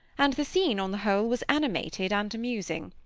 and the scene, on the whole, was animated and amusing.